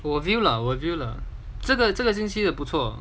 我 view 了我 view 了 will view 了这个这个星期的不错